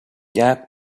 gap